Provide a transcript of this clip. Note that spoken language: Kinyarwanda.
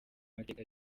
mateka